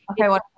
Okay